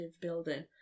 building